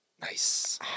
Nice